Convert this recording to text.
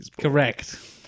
Correct